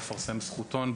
לפרסם זכותון,